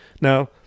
Now